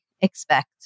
expect